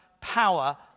power